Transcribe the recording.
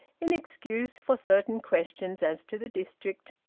in excuse for certain questions as to the district,